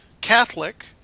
Catholic